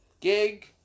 gig